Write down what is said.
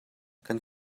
kan